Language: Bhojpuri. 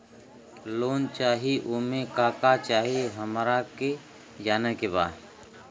लोन चाही उमे का का चाही हमरा के जाने के बा?